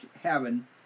heaven